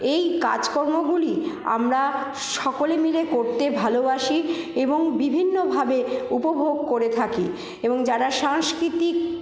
এই কাজকর্মগুলি আমরা সকলে মিলে করতে ভালোবাসি এবং বিভিন্নভাবে উপভোগ করে থাকি এবং যারা সাংস্কৃতিক